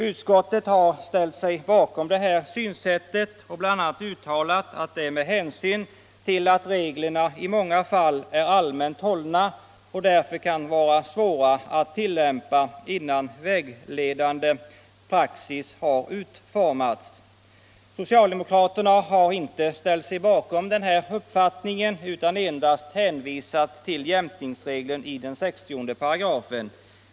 Utskottet har ställt sig bakom det synsättet och bl.a. uttalat att reglerna i många fall är allmänt hållna och att det därför kan vara svårt att tillämpa dem innan vägledande praxis har utformats. Socialdemokraterna har inte anslutit sig till denna uppfattning utan endast hänvisat till jämkningsregeln i 60 3.